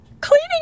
Cleaning